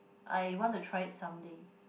I want to try it someday